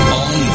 on